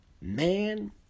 man